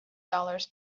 dollars